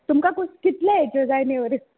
तुमकां कोस कितल्या हाच्यो जाय नेवऱ्यो